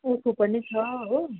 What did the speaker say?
उखु पनि छ हो